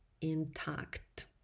intact